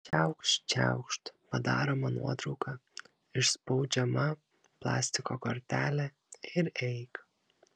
čiaukšt čiaukšt padaroma nuotrauka išspaudžiama plastiko kortelė ir eik